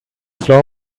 floor